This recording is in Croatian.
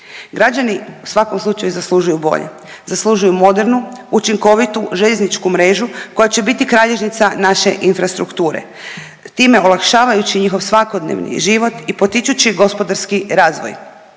Građani u svakom slučaju zaslužuju bolje, zaslužuju modernu, učinkovitu željezničku mrežu koja će biti kralježnica naše infrastrukture, time olakšavajući njihov svakodnevni život i potičući gospodarski razvoj.